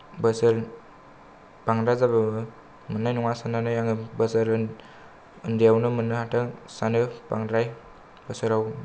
बोसोर बांद्राय जाबा मोन्नाय नङा सान्नानै आङो बोसोर ओन्दैयावनो मोन्नो हाथों सानो बांद्राय बोसोराव